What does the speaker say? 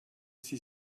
sie